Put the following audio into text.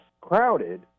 crowded